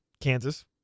Kansas